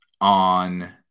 on